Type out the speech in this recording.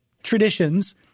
traditions